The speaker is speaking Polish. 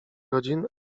godzin